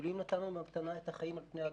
אלוהים נתן לנו במתנה את החיים על פני האדמה.